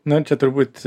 na čia turbūt